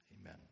Amen